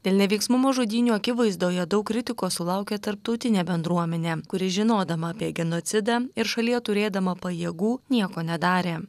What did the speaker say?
dėl neveiksnumo žudynių akivaizdoje daug kritikos sulaukė tarptautinė bendruomenė kuri žinodama apie genocidą ir šalyje turėdama pajėgų nieko nedarė